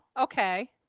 okay